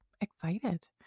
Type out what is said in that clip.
excited